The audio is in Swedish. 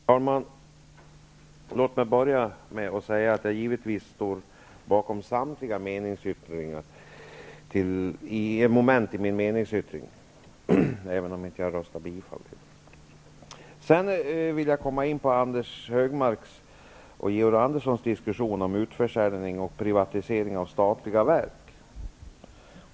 Fru talman! Låt mig börja med att säga att jag givetvis står bakom samtliga moment i min meningsyttring, även om jag inte röstar bifall till dem. Jag vill också gå in i Anders G Högmarks och Georg Anderssons diskussion om utförsäljning och privatisering av statliga verk.